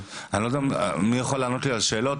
אני לא יודע מי יכול לענות לי על השאלות,